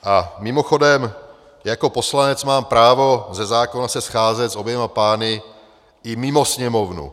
A mimochodem, jako poslanec mám právo ze zákona se scházet s oběma pány i mimo Sněmovnu.